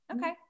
Okay